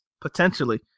potentially